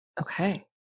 Okay